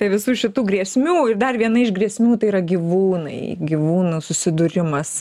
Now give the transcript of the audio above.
visų šitų grėsmių ir dar viena iš grėsmių tai yra gyvūnai gyvūnų susidūrimas